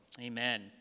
Amen